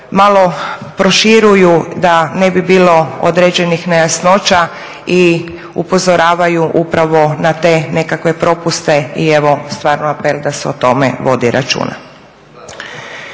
malo proširuju da ne bi bilo određenih nejasnoća i upozoravaju upravo na te nekakve propuste i evo stvarno apel da se o tome vodi računa.